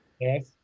Yes